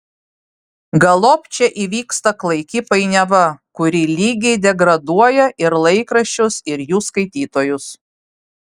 galop čia įvyksta klaiki painiava kuri lygiai degraduoja ir laikraščius ir jų skaitytojus